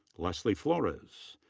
lesley flores.